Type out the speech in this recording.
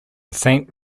saint